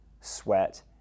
sweat